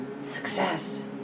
success